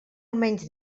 almenys